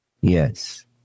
yes